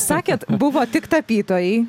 sakėt buvo tik tapytojai